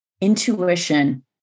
intuition